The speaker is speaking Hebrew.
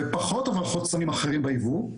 ופחות הברחות סמים אחרים בייבוא.